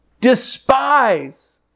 Despise